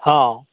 ହଁ